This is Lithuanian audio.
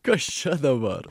kas čia dabar